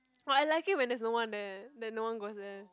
orh I like it when there's no one there that no one goes there